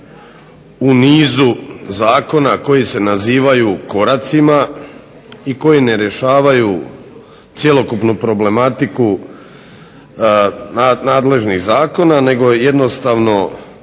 u nizu zakona koji se nazivaju koracima i koji ne rješavaju cjelokupnu problematiku nadležnih zakona nego jednostavno